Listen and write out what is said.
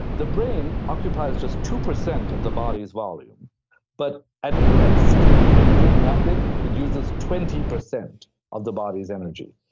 the brain occupies just two percent of the body's volume but at rest, when you're doing nothing, it uses twenty percent of the body's energy.